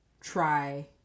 try